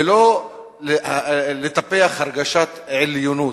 ולא לטפח הרגשת עליונות,